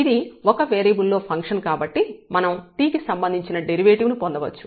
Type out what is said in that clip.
ఇది ఒక వేరియబుల్ లో ఫంక్షన్ కాబట్టి మనం t కి సంబంధించిన డెరివేటివ్ ను పొందవచ్చు